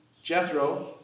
Jethro